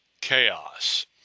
chaos